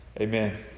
Amen